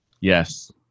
Yes